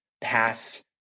pass